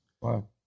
Wow